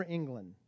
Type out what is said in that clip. England